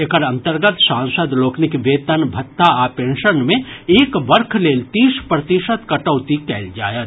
एकर अन्तर्गत सांसद लोकनिक वेतन भत्ता आ पेंशन मे एक वर्ष लेल तीस प्रतिशत कटौती कयल जायत